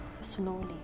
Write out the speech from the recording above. Slowly